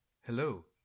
Hello